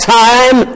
time